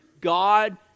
God